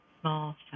small